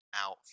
out